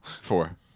Four